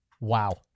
wow